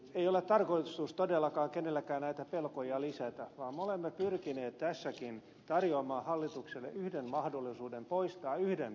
ei ole tarkoitus todellakaan kenellekään näitä pelkoja lisätä vaan me olemme pyrkineet tässäkin tarjoamaan hallitukselle yhden mahdollisuuden poistaa yhden pelon